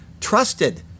trusted